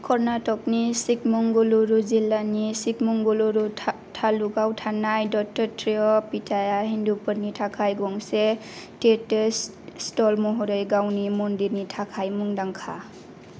कर्नाटकनि चिकमंगलुरु जिल्लानि चिकमंगलुरु तालुकआव थानाय दत्तात्रेय पीटाआ हिन्दुफोरनि थाखाय गंसे तीर्थ स्थल महरै गावनि मन्दिरनि थाखाय मुंदांखा